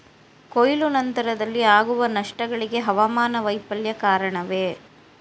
ಕೊಯ್ಲು ನಂತರದಲ್ಲಿ ಆಗುವ ನಷ್ಟಗಳಿಗೆ ಹವಾಮಾನ ವೈಫಲ್ಯ ಕಾರಣವೇ?